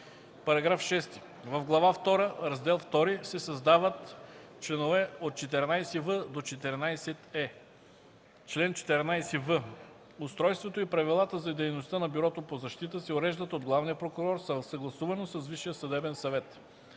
§ 6: „§ 6. В Глава втора, Раздел ІІ се създават чл. 14в–14е: „Чл. 14в. Устройството и правилата за дейността на Бюрото по защита се уреждат от главния прокурор съгласувано с Висшия съдебен съвет.